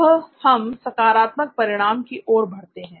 अब हम सकारात्मक परिणाम की ओर बढ़ते हैं